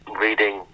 reading